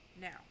Now